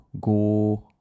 go